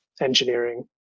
engineering